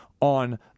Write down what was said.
on